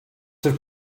have